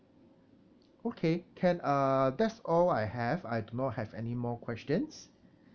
okay can uh that's all I have I do not have any more questions